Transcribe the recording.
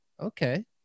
Okay